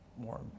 more